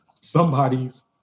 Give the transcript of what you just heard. Somebody's